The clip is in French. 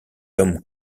dom